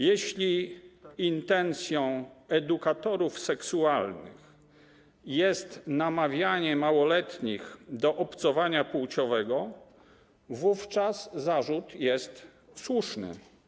Jeśli intencją edukatorów seksualnych jest namawianie małoletnich do obcowania płciowego, wówczas zarzut jest słuszny.